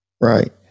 Right